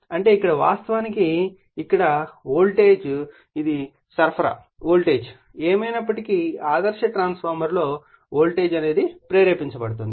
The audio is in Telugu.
అంటే ఇక్కడ వాస్తవానికి ఇక్కడ వోల్ట్ ఇది సరఫరా వోల్టేజ్ ఏమైనప్పటికీ ఆదర్శ ట్రాన్స్ఫార్మర్ లో వోల్టేజ్ ప్రేరేపించబడుతుంది